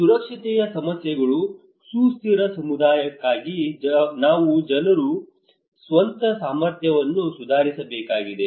ಸುಸ್ಥಿರತೆಯ ಸಮಸ್ಯೆಗಳು ಸುಸ್ಥಿರ ಸಮುದಾಯಕ್ಕಾಗಿ ನಾವು ಜನರ ಸ್ವಂತ ಸಾಮರ್ಥ್ಯವನ್ನು ಸುಧಾರಿಸಬೇಕಾಗಿದೆ